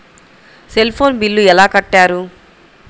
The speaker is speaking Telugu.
సెల్ ఫోన్ బిల్లు ఎలా కట్టారు?